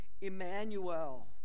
Emmanuel